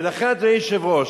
ולכן, אדוני היושב-ראש,